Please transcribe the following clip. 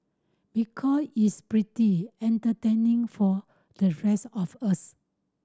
because it's pretty entertaining for the rest of us